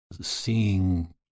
seeing